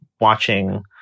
watching